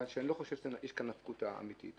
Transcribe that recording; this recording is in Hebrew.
שאני לא חושב שיש כאן נפקות אמיתית.